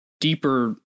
deeper